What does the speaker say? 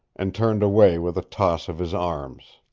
and turned away with a toss of his arms.